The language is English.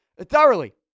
Thoroughly